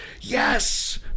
Yes